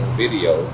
video